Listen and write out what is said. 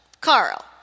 Carl